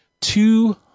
two